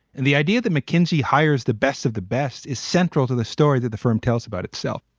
and the idea that mckinsey hires the best of the best is central to the story that the firm tells about itself.